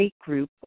group